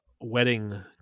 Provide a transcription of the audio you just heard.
wedding